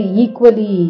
equally